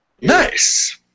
Nice